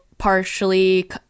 partially